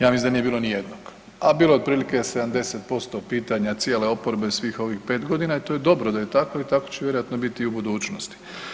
Ja mislim da nije bilo nijednog, a bilo je otprilike 70% pitanja cijele oporbe svih ovih 5.g. i to je dobro da je tako i tako će vjerojatno biti i u budućnosti.